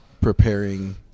preparing